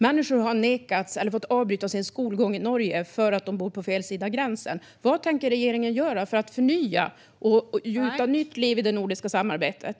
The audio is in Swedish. Människor har nekats eller fått avbryta sin skolgång i Norge för att de bor på fel sida av gränsen. Vad tänker regeringen göra för att förnya och gjuta nytt liv i det nordiska samarbetet?